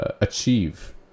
achieve